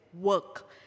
work